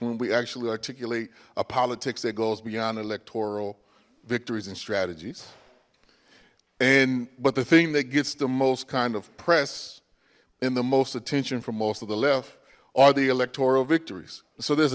when we actually articulate a politics that goes beyond electoral victories and strategies and but the thing that gets the most kind of press and the most attention from most of the left are the electoral victories so there's